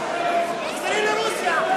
תחזרי לרוסיה.